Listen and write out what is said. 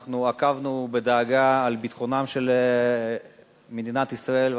אנחנו עקבנו בדאגה אחר ביטחונה של מדינת ישראל.